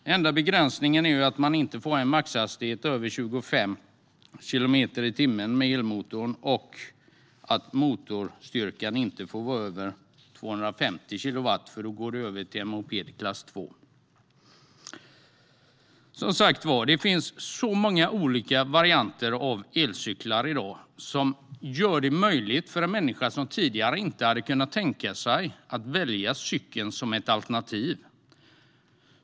Den enda begränsningen är att maxhastigheten inte får överstiga 25 kilometer i timmen med elmotorn och att motorstyrkan inte får vara över 250 kilowatt, för då går det över till en moped klass 2. Det finns som sagt många olika varianter av elcyklar i dag, som gör cyklandet möjligt för en människa som tidigare inte hade kunnat tänka sig att välja det alternativet.